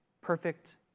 perfect